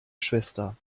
schwester